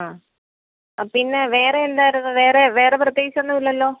അ പിന്നെ വേറെ എന്തായിരുന്നു വേറെ വേറെ പ്രത്യേകിച്ചൊന്നും ഇല്ലല്ലോ